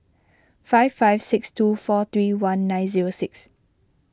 five five six two four three one nine six